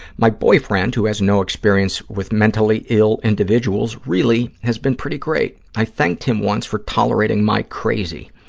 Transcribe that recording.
my boyfriend, who has no experience with mentally ill individuals, really has been pretty great. i thanked him once for tolerating my crazy.